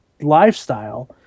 lifestyle